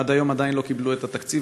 ועד היום לא קיבלו את התקציב,